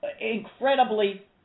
Incredibly